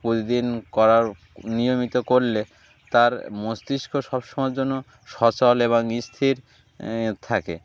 প্রতিদিন করার নিয়মিত করলে তার মস্তিষ্ক সব সমময়ের জন্য সচল এবং স্থির থাকে